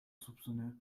soupçonneux